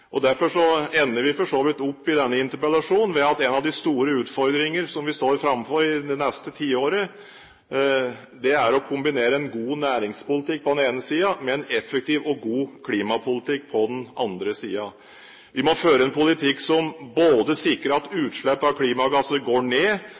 framover. Derfor ender vi for så vidt i denne interpellasjonen opp med at en av de store utfordringer som vi står framfor i det neste tiåret, er å kombinere en god næringspolitikk på den ene siden med en effektiv og god klimapolitikk på den andre siden. Vi må føre en politikk som sikrer at